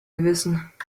gewissen